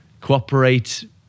cooperate